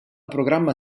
programma